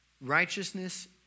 righteousness